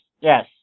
yes